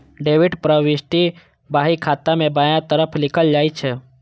debit प्रवृष्टि बही खाता मे बायां तरफ लिखल जाइ छै